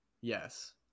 Yes